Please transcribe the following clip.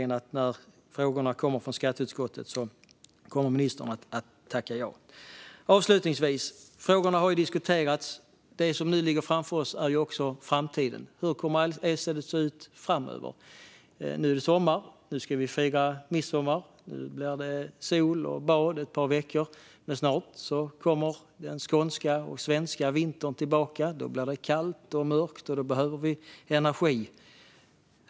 När frågorna kommer från skatteutskottet hoppas jag verkligen att ministern kommer att tacka ja. Avslutningsvis - frågorna har diskuterats. Det som nu ligger framför oss är också framtiden. Hur kommer elstödet att se ut framöver? Nu är det sommar. Vi ska fira midsommar. Det blir sol och bad under ett par veckor. Men snart kommer den skånska och svenska vintern tillbaka. Då blir det kallt och mörkt. Då behöver vi energi.